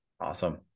Awesome